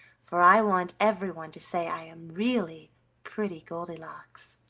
for i want everyone to say i am really pretty goldilocks